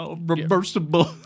reversible